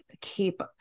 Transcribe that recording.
keep